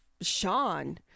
Sean